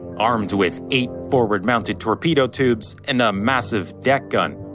armed with eight forward mounted torpedo tubes and a massive deck gun.